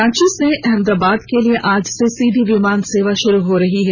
रांची से अहमदाबाद के लिए आज से सीधी विमान सेवा शुरू हो रही है